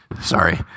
sorry